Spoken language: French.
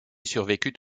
survécut